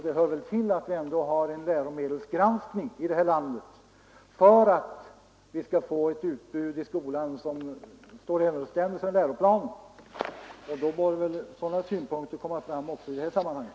Det hör till saken att vi här i landet har en läromedelsgranskning för att vi i skolan skall få ett utbud som står i överensstämmelse med läroplanen, och då bör väl sådana synpunkter komma fram också i det här sammanhanget.